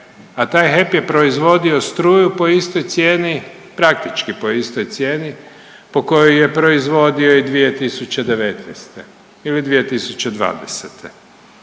a taj HEP je proizvodio struju po istoj cijeni praktički po istoj cijeni po kojoj ju je proizvodio i 2019. ili 2020.